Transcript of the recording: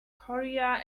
korea